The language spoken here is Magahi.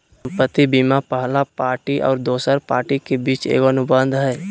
संपत्ति बीमा पहला पार्टी और दोसर पार्टी के बीच एगो अनुबंध हइ